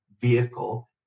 vehicle